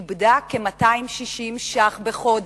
איבדה כ-260 ש"ח בחודש.